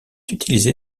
utilisé